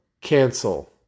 cancel